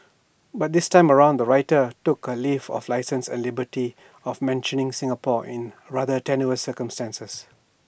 but this time around the writer took A leave of licence and liberty of mentioning Singapore in rather tenuous circumstances